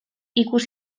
ikus